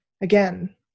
Again